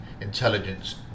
intelligence